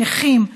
נכים,